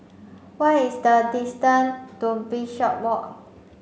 what is the distance to Bishopswalk